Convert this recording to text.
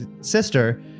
sister